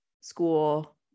school